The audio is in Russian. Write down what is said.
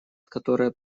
которая